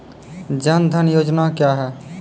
जन धन योजना क्या है?